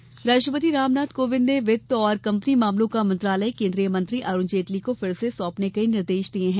वित्त मंत्री राष्ट्रपति रामनाथ कोविंद ने वित्त और कंपनी मामलों का मंत्रालय केन्द्रीय मंत्री अरुण जेटली को फिर से साँपने का निर्देश दिया है